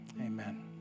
amen